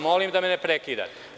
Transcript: Molim vas da me ne prekidate.